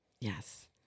Yes